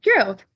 True